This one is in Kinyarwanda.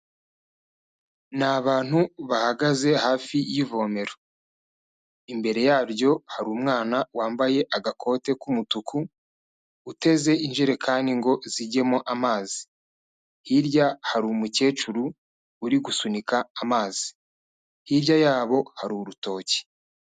Ni abantu bahagaze hafi y'ivomero. Imbere yaryo hari umwana wambaye agakote k'umutuku, uteze injerekani ngo zijyemo amazi. Hirya hari umukecuru uri gusunika amazi. Hirya yabo hari urutoki.